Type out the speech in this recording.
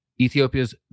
Ethiopia's